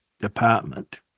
department